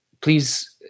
please